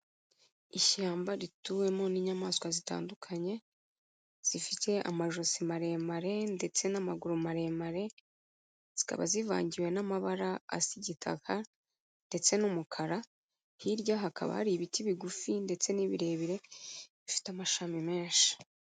Ishyamba rituwemo n'inyamaswa zitandukanye, zifite amajosi maremare ndetse n'amaguru maremare, zikaba zivangiwe n'amabara asa igitaka, ndetse n'umukara, hirya hakaba hari ibiti bigufi ndetse n'ibirebire bifite amashami menshi.